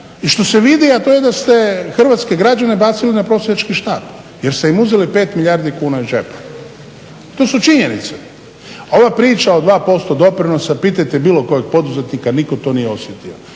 i što se vidi a to je da ste hrvatske građane bacili na prosjački štap jer ste im uzeli 5 milijardi kuna iz džepa. To su činjenice. Ova priča o dva posto doprinosa pitajte bilo kojeg poduzetnika, nitko to nije osjetio.